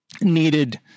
needed